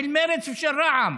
של מרצ ושל רע"מ,